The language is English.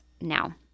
now